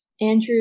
Andrew